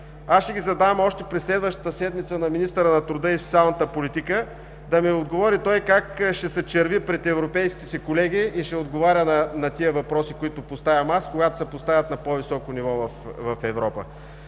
аз ще ги задам още през следващата седмица на министъра на труда и социалната политика. Да ми отговори: как ще се черви пред европейските си колеги и ще отговаря на тези въпроси, които поставям, когато се поставят на по-високо ниво в Европа?